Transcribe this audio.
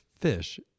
fish